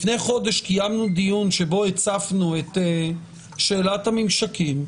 לפני חודש קיימנו דיון שבו הצפנו את שאלת הממשקים,